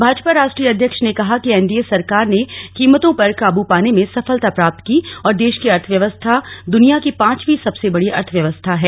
भाजपा राष्ट्रीय अध्यक्ष ने कहा कि एनडीए सरकार ने कीमतों पर काब पाने में सफलता प्राप्त की और देश की अर्थव्यवस्था द्वनिया की पांचवी सबसे बड़ी अर्थव्यवस्था है